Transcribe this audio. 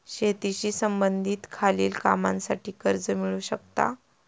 शेतीशी संबंधित खालील कामांसाठी कर्ज मिळू शकता